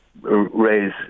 raise